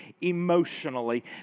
emotionally